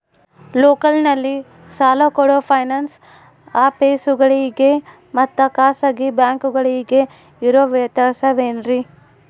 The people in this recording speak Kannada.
ಲೋಕಲ್ನಲ್ಲಿ ಸಾಲ ಕೊಡೋ ಫೈನಾನ್ಸ್ ಆಫೇಸುಗಳಿಗೆ ಮತ್ತಾ ಖಾಸಗಿ ಬ್ಯಾಂಕುಗಳಿಗೆ ಇರೋ ವ್ಯತ್ಯಾಸವೇನ್ರಿ?